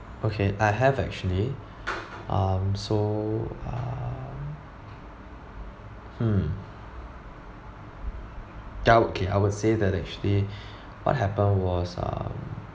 okay I have actually um so um hmm that okay I would say that actually what happened was um